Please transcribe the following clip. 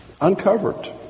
Uncovered